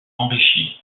enrichi